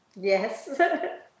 Yes